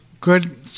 good